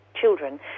children